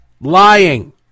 lying